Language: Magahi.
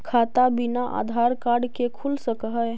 खाता बिना आधार कार्ड के खुल सक है?